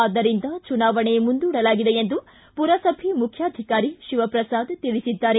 ಆದ್ದರಿಂದ ಚುನಾವಣೆ ಮುಂದೂಡಲಾಗಿದೆ ಎಂದು ಪುರಸಭೆ ಮುಖ್ಣಾಧಿಕಾರಿ ಶಿವಪ್ರಸಾದ್ ತಿಳಿಸಿದ್ದಾರೆ